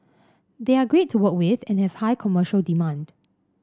they are great to work with and have high commercial demand